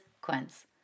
Quince